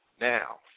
Now